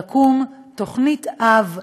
לקום תוכנית אב,